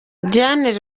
diane